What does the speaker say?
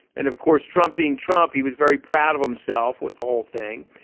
and of course trump being trump he was very proud of himself with the whole thing.